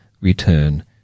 return